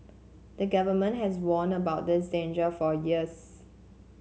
the Government has warned about this danger for years